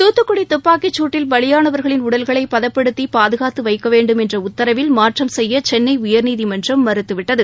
துத்துக்குடி துப்பாக்கி சூட்டில் பலியானவா்களின் உடல்களை பதப்படுத்தி பாதுகாத்து வைக்க வேண்டும் என்ற உத்தரவில் மாற்றம் செய்ய சென்னை உயர்நீதிமன்றம் மறுத்துவிட்டது